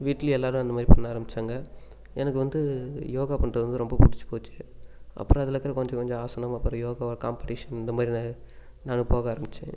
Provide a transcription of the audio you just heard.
வீட்டிலயும் எல்லாரும் அந்த மாதிரி பண்ண ஆரம்மிச்சாங்க எனக்கு வந்து யோகா பண்ணுறது வந்து ரொம்ப பிடிச்சு போச்சு அப்புறம் அதில் இருக்கிற கொஞ்சம் கொஞ்சம் ஆசனம் அப்புறம் யோகா காம்பெடிஷன் இந்த மாதிரி நானும் போக ஆரம்பித்தேன்